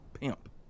pimp